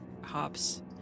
hops